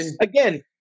again